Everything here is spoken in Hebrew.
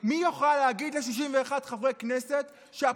מי יוכל להגיד ל-61 חברי כנסת שהפסיקה שלהם,